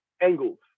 angles